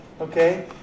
okay